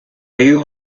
río